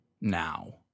Now